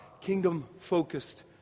kingdom-focused